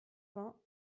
vingt